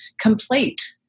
complete